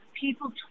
People